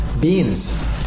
beans